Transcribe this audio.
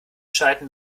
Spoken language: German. schalten